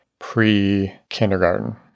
pre-kindergarten